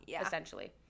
essentially